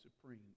supreme